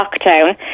lockdown